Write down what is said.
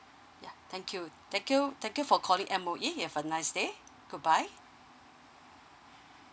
ya thank you thank you thank you for calling M_O_E you have a nice day goodbye